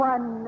One